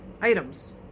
items